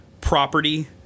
property